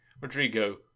Rodrigo